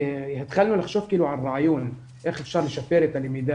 והתחלנו לחשוב על רעיון איך אפשר לשפר את הלמידה